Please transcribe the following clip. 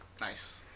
Nice